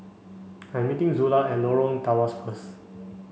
I'm meeting Zula at Lorong Tawas first